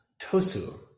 Tosu